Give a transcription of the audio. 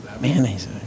mayonnaise